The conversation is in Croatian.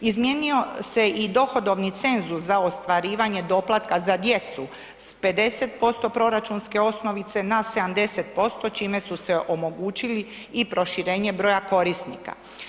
Izmijenio se i dohodovni cenzus za ostvarivanje doplatka za djecu s 50% proračunske osnovice na 70%, čime su se omogućili i proširenje broja korisnika.